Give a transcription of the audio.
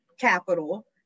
capital